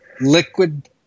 liquid